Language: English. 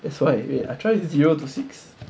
that's why I try zero to six